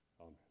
Amen